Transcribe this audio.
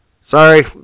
Sorry